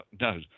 no